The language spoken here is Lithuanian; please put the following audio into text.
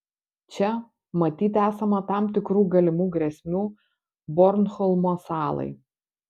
čia matyt esama tam tikrų galimų grėsmių bornholmo salai